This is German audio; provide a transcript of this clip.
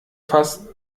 fass